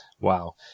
Wow